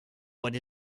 what